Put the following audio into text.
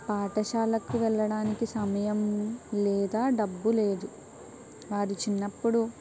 పాఠశాలకు వెళ్లడానికి సమయం లేదా డబ్బు లేదు వారు చిన్నప్పుడు